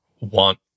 want